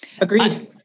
Agreed